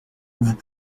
vous